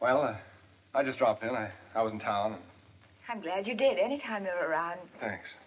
well i just dropped and i i was in town i'm glad you did any kind of a rat thanks